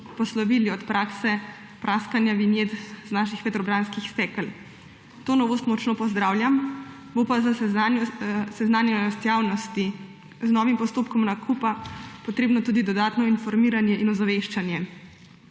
poslovili od prakse praskanja vinjet z naših vetrobranskih stekel. To novost močno pozdravljam, bo pa za seznanjenost javnosti z novim postopkom nakupa potrebno tudi dodatno informiranje in ozaveščanje.